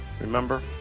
Remember